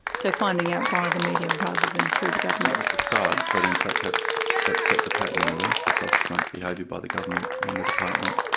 so, finding out via the media rather than through the government. that was the start, but in fact that's that's set the pattern really, for subsequent behaviour by the government and the department.